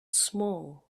small